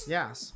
Yes